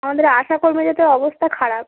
আমাদের আশা কর্মীদের তো অবস্থা খারাপ